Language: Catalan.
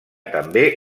també